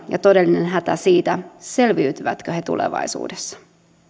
ja todellinen hätä siitä selviytyvätkö he tulevaisuudessa